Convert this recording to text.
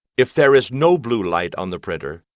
if there is no blue light on the printer,